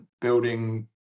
building